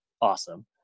awesome